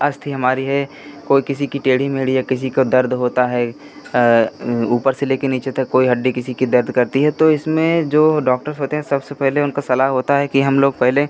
अस्थि हमारी है कोई किसी की टेढ़ी मेढ़ी या किसी को दर्द होता है ऊपर से ले कर नीचे तक कोई हड्डी किसी की दर्द करती है तो इसमें जो डॉक्टर्स होते हैं सबसे पहले उनका सलाह होता है कि हम लोग पहेले